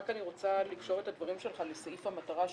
רק אני רוצה לקשור את הדברים שלך לסעיף המטרה,